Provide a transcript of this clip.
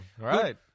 Right